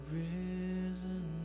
risen